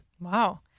Wow